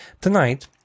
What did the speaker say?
Tonight